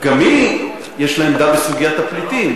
גם היא יש לה עמדה בסוגיית הפליטים,